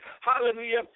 hallelujah